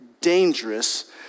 dangerous